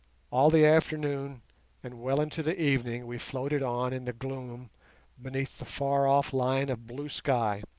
all the afternoon and well into the evening we floated on in the gloom beneath the far-off line of blue sky,